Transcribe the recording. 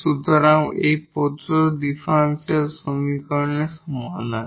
সুতরাং এটি প্রদত্ত ডিফারেনশিয়াল সমীকরণের সমাধান